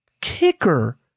kicker